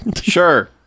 Sure